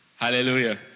Hallelujah